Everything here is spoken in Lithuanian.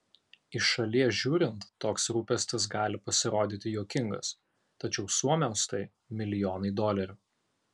iš šalies žiūrint toks rūpestis gali pasirodyti juokingas tačiau suomiams tai milijonai dolerių